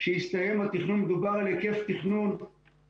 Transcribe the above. כשיסתיים התכנון, מדובר על היקף עצום.